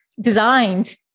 designed